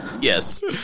Yes